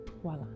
Voila